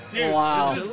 Wow